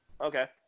Okay